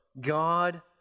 God